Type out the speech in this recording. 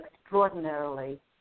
extraordinarily